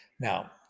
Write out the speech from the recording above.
Now